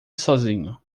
sozinho